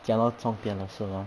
讲到重点了是吗